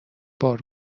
بار